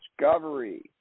Discovery